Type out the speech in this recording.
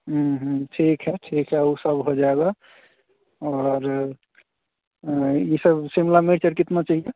ठीक है ठीक है ऊ सब हो जाएगा और ई सब शिमला मिर्च और कितना चाहिए